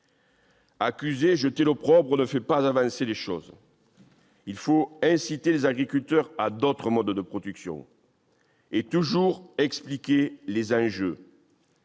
Accuser, jeter l'opprobre ne fait pas avancer. Il faut inciter les agriculteurs à d'autres modes de production, et toujours expliquer les enjeux.